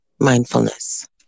mindfulness